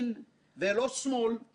לסיום נוסף,